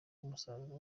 umusaruro